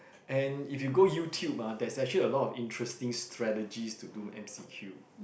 and if you go YouTube ah there's actually a lot of interesting strategies to do M_C_Q